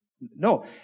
No